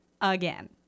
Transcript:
again